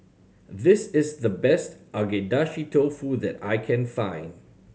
this is the best Agedashi Dofu that I can find